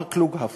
מר קלוגהפט.